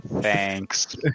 Thanks